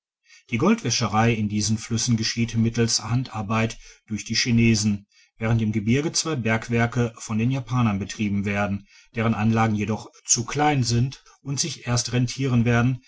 die goldwäscherei in diesen flüssen geschieht mittels handarbeit durch die chinesen während im gebirge zwei bergwerke von den japanern betrieben werden deren anlagen jedoch zu klein sind und sich erst rentieren werden